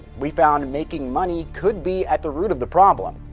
we found making money could be at the root of the problem.